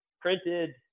printed